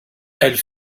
elles